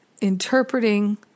interpreting